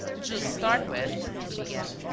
to start with, he began,